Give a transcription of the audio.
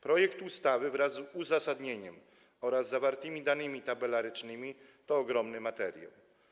Projekt ustawy wraz z uzasadnieniem oraz zawartymi danymi tabelarycznymi to ogromny materiał.